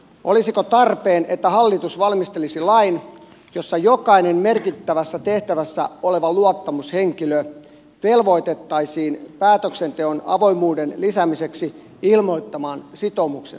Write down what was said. olisiko tarpeen että hallitus valmistelisi lain jossa jokainen merkittävässä tehtävässä oleva luottamushenkilö velvoitettaisiin päätöksenteon avoimuuden lisäämiseksi ilmoittamaan sitoumuksensa